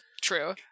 true